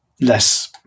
less